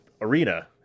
arena